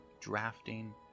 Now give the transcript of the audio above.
drafting